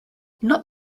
not